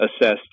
assessed